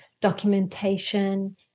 documentation